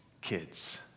kids